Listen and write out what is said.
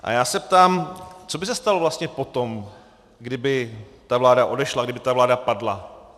A já se ptám, co by se stalo vlastně potom, kdyby ta vláda odešla, kdyby ta vláda padla.